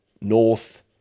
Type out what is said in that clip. North